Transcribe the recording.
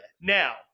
now